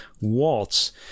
waltz